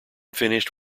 finished